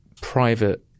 private